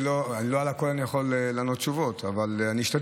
לא על הכול אני יכול לענות, אבל אשתדל.